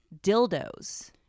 dildos